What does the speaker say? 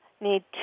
need